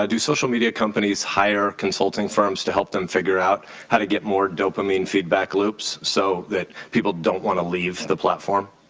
um do social media companies hire consulting firms to help them figure out how to get more dopamine feedback loops so that people don't want to leave the platform?